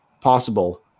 possible